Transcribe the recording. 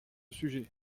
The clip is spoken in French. sujet